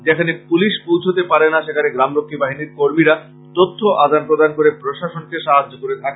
যেখানে পুলিশ পৌছতে পারে না সেখানে গ্রামরক্ষী বাহিনীর কর্মীরা তথ্য আদান প্রদান করে প্রশাসনকে সাহায্য করে থাকে